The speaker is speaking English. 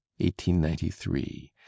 1893